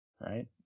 right